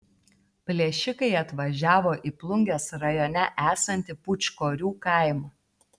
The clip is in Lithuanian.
plėšikai atvažiavo į plungės rajone esantį pūčkorių kaimą